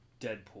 Deadpool